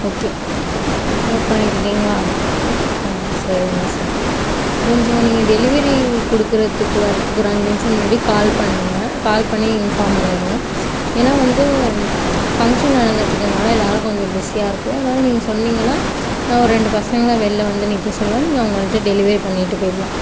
okay note பண்ணிக்கிட்டிங்களா சரிங்க sir கொஞ்சம் நீங்கள் டெலிவரி கொடுக்குறத்துக்கு வரத்துக்கு ஒரு அஞ்சு நிமிடம் முன்னாடி கால் பண்ணுங்க கால் பண்ணி இன்ஃபார்ம் பண்ணிவிடுங்க ஏன்னா வந்து ஃபங்க்ஷன் நடந்துக்கிட்டு இருக்கறனால எல்லாரும் கொஞ்சம் பிஸியாக இருப்போம் அதனால நீங்கள் சொன்னிங்கன்னால் நான் ஒரு ரெண்டு பசங்களை வெளில வந்து நிற்க சொல்லுவேன் நீங்கள் அவங்கள்ட்ட டெலிவரி பண்ணிட்டு போய்டலாம்